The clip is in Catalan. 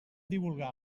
divulgar